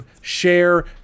share